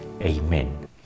Amen